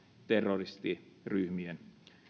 terroristiryhmien